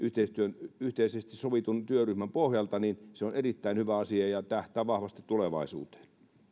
yhteisesti sovitusti työryhmän pohjalta on erittäin hyvä asia ja tähtää vahvasti tulevaisuuteen